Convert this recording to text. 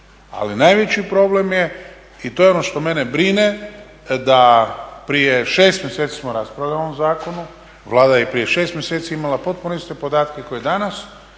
Ali najveći problem je i to je ono što mene brine, da prije 6 mjeseci smo raspravljali o ovom zakonu, Vlada je i prije 6 mjeseci imala potpuno iste podatke kao i danas.